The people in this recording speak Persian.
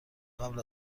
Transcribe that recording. قبل